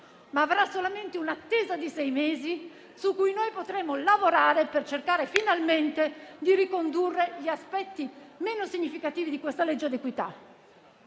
ma avrà solamente un'attesa di sei mesi su cui noi potremo lavorare per cercare finalmente di ricondurre gli aspetti meno significativi di questo provvedimento